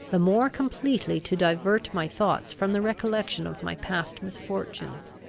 the more completely to divert my thoughts from the recollection of my past misfortunes.